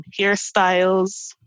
Hairstyles